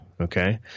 Okay